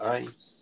ice